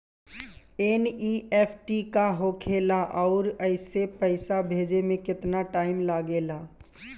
NEFT का होखे ला आउर एसे पैसा भेजे मे केतना टाइम लागेला?